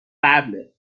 قبله